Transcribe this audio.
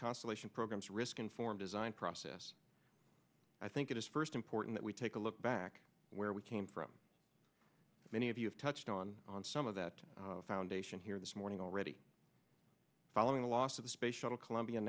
constellation programs risk inform design process i think it is first important that we take a look back where we came from many of you have touched on on some of that foundation here this morning already following the loss of the space shuttle columbia